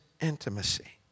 intimacy